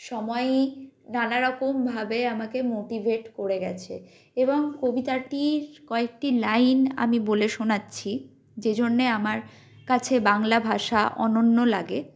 সময়ই নানা রকমভাবে আমাকে মোটিভেট করে গিয়েছে এবং কবিতাটির কয়েকটি লাইন আমি বলে শোনাচ্ছি যে জন্য আমার কাছে বাংলা ভাষা অনন্য লাগে